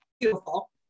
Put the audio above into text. beautiful